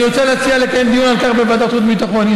אני רוצה להציע לקיים דיון על כך בוועדת החוץ והביטחון,